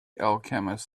alchemist